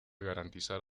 garantizar